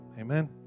Amen